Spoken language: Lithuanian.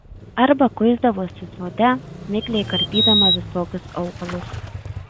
arba kuisdavosi sode mikliai karpydama visokius augalus